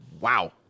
Wow